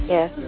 Yes